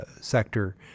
sector